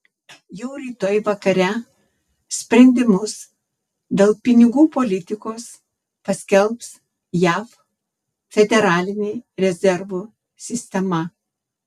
jau rytoj vakare sprendimus dėl pinigų politikos paskelbs jav federalinė rezervų sistema